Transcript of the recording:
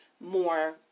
more